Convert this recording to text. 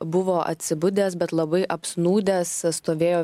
buvo atsibudęs bet labai apsnūdęs stovėjo